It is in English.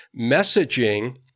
messaging